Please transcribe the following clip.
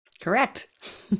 correct